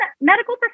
medical